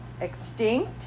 extinct